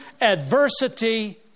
adversity